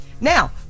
now